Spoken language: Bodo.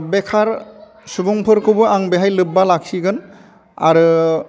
बेखार सुबुंफोरखौबो आं बेहाय लोब्बा लाखिगोन आरो